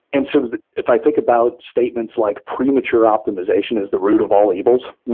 and so if i think about statements, like premature optimization is the root of all evils,